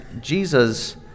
Jesus